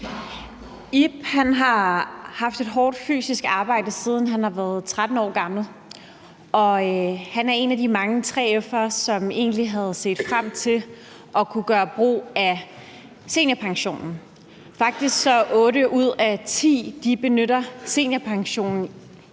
Ib har haft et hårdt fysisk arbejde, siden han var 13 år gammel, og han er en af de mange 3F'ere, som egentlig havde set frem til at kunne gøre brug af seniorpensionen. Faktisk benytter otte ud af ti seniorpensionen